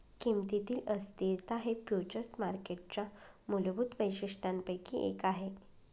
किमतीतील अस्थिरता हे फ्युचर्स मार्केटच्या मूलभूत वैशिष्ट्यांपैकी एक आहे